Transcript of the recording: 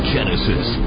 Genesis